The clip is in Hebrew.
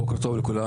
בוקר טוב לכולם,